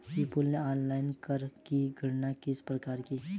विपुल ने ऑनलाइन कर की गणना किस प्रकार की?